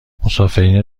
مسافرین